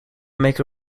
make